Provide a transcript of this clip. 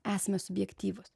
esame subjektyvūs